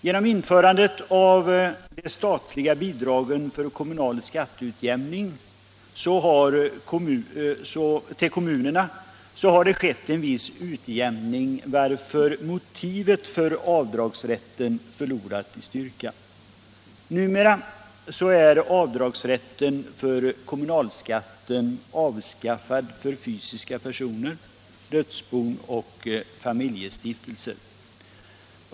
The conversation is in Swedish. Genom införandet av de statliga bidragen för kommunal skatteutjämning till kommunerna har det skett en viss utjämning, varför motivet för avdragsrätten förlorat i styrka. Numera är avdragsrätten för kommunalskatten avskaffad för fysiska personer, dödsbon och familjestiftelser.